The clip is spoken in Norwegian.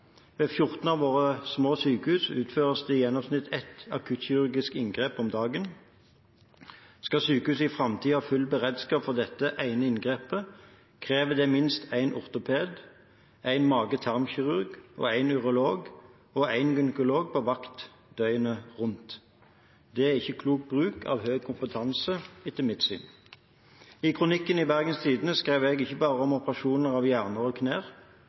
Ved 14 av våre små sykehus utføres det i gjennomsnitt ett akuttkirurgisk inngrep om dagen. Skal sykehusene i framtiden ha full beredskap for dette ene inngrepet, krever det minst en ortoped, en mage-tarm-kirurg, en urolog og en gynekolog på vakt døgnet rundt. Det er ikke klok bruk av høy kompetanse etter mitt syn. I kronikken i Bergens Tidende skrev jeg ikke bare om operasjoner av hjerner og knær.